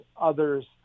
others